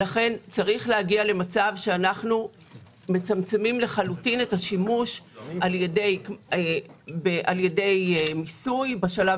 צריך להגיע למצב שאנחנו מצמצמים את השימוש על ידי מיסוי בשלב